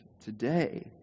today